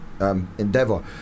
endeavor